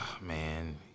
Man